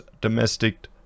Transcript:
domestic